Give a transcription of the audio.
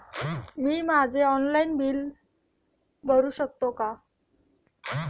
मी माझे mobile bill online भरू शकते का?